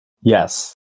Yes